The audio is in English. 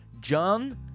John